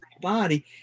body